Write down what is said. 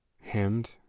hemmed